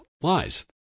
lies